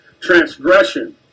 transgression